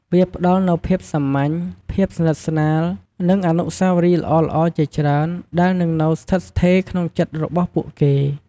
វាផ្ដល់នូវភាពសាមញ្ញ ភាពស្និទ្ធស្នាល និងអនុស្សាវរីយ៍ល្អៗជាច្រើនដែលនឹងនៅស្ថិតស្ថេរក្នុងចិត្តរបស់ពួកគេ។